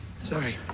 Sorry